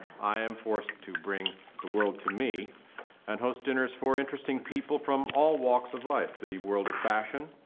i am forced to bring the world to me and host dinners for interesting people from all walks of life. the world of fashion,